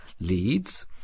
leads